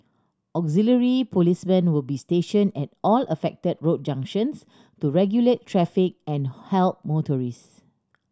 auxiliary policemen will be stationed at all affected road junctions to regulate traffic and help motorists